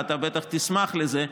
ואתה בטח תשמח על זה,